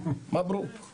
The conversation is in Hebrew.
אני